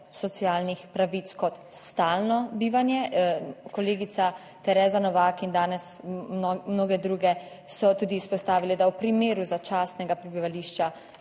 socialnih pravic kot stalno bivanje. Kolegica Tereza Novak in danes mnoge druge so tudi izpostavile, da v primeru začasnega prebivališča